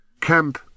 Camp